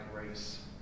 grace